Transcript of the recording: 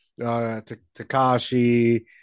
Takashi